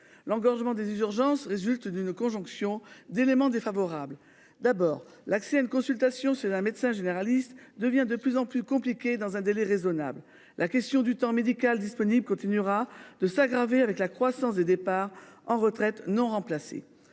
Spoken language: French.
l'engorgement des urgences résulte d'une conjonction d'éléments défavorables. D'abord l'accès à une consultation c'est d'un médecin généraliste devient de plus en plus compliqué, dans un délai raisonnable. La question du temps médical disponible continuera de s'aggraver avec la croissance des départs en retraite non remplacés.